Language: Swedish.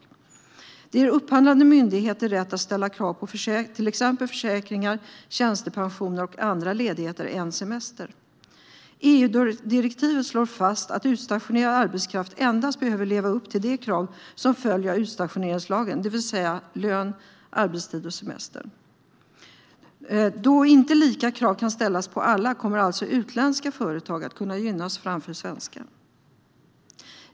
Förslaget ger upphandlande myndigheter rätt att ställa krav på till exempel försäkringar, tjänstepension och andra ledigheter än semester. EU-direktivet slår fast att utstationerad arbetskraft endast behöver leva upp till det krav som följer av utstationeringslagen, det vill säga lön, arbetstid och semester. Då lika krav inte kan ställas på alla kommer alltså utländska företag att kunna gynnas framför svenska.